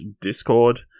Discord